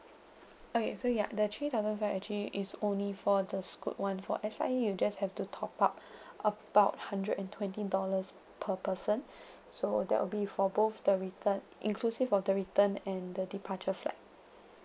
okay so ya the three thousand five hundred actually is only for the scoot [one] for S_I_A you just have to top up about hundred and twenty dollars per person so that will be for both the return inclusive of the return and the departure flight